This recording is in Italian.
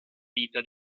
vita